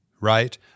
right